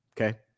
Okay